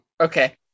okay